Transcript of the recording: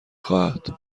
خواهد